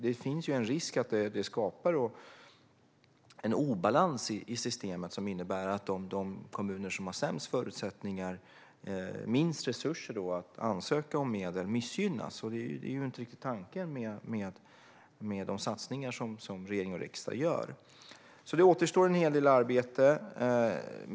Det finns en risk att det skapar en obalans i systemet som innebär att de kommuner som har sämst förutsättningar och minst resurser att ansöka om medel missgynnas, och det är ju inte riktigt tanken med de satsningar som regering och riksdag gör. Det återstår alltså en hel del arbete.